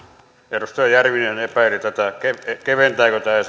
edustaja järvinen epäili ensimmäisessä puheenvuorossaan tätä että keventääkö tämä ja